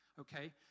Okay